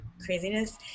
craziness